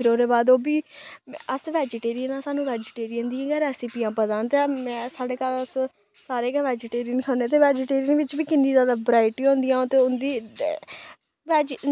फिर ओहदे बाद ओह् बी अस वेजीटेरियन आं सानूं वैजीटेरियन दी गै रेसपियां पता न ते में साढ़े घर अस सारे गै वैजीटेरियन खन्ने ते वैजीटेरियन बिच्च बी किन्नी जैदा बराइयटी होंदियां ते उंदी ते